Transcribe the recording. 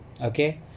Okay